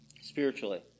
spiritually